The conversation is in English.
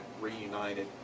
reunited